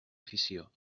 afició